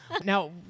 Now